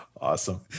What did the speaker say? Awesome